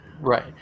Right